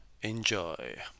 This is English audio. Enjoy